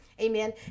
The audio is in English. Amen